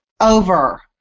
over